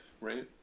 right